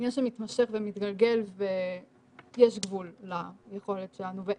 עניין שמתמשך ומתגלגל ויש גבול ליכולת שלנו.